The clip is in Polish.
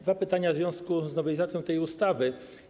Dwa pytania w związku z nowelizacją tej ustawy.